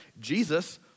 Jesus